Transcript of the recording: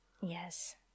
Yes